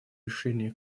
решения